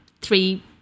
three